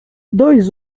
dois